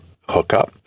hookup